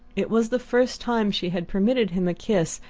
it was the first time she had permitted him a kiss,